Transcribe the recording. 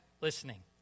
listening